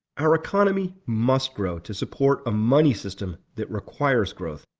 our economy must grow to support a money system that requires growth,